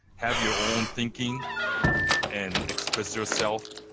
have your own thinking and express yourself.